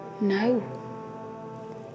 No